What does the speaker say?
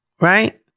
right